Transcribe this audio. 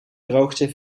droogte